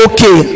Okay